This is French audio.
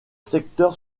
secteurs